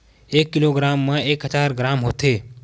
एक किलोग्राम मा एक हजार ग्राम होथे